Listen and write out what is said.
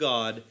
God